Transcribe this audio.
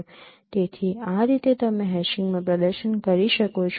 તેથી આ રીતે તમે હેશીંગમાં પ્રદર્શન કરી શકો છો